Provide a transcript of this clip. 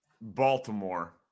Baltimore